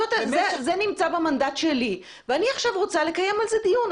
זה נמצא במנדט שלי ואני עכשיו רוצה לקיים על זה דיון.